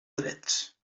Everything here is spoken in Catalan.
drets